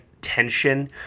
tension